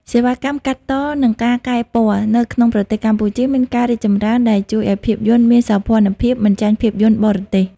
សេវាកម្មកាត់ត និងការកែពណ៌ នៅក្នុងប្រទេសកម្ពុជាមានការរីកចម្រើន ដែលជួយឱ្យភាពយន្តមានសោភ័ណភាពមិនចាញ់ភាពយន្តបរទេស។